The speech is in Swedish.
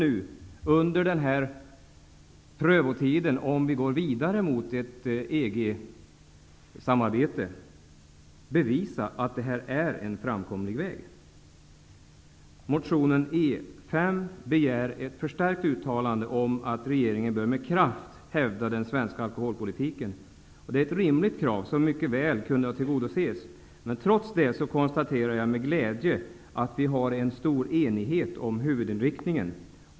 Under den här prövotiden måste vi -- om vi skall gå vidare mot ett EG samarbete -- bevisa att detta är en framkomlig väg. I motionen E5 begärs ett förstärkt uttalande om att regeringen med kraft bör hävda den svenska alkoholpolitiken. Det är ett rimligt krav som mycket väl hade kunnat tillgodoses. Men jag konstaterar med glädje att det finns en stor enighet om huvudinriktningen.